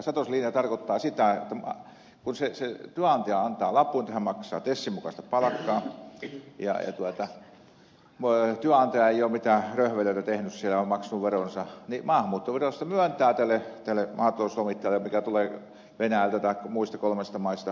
satosen linja tarkoittaa sitä että kun se työnantaja antaa lapun että hän maksaa tesin mukaista palkkaa ja työnantaja ei ole mitään röhvelöitä tehnyt ja on maksanut veronsa niin maahanmuuttovirasto myöntää luvan tälle maatalouslomittajalle joka tulee venäjältä taikka muista kolmansista maista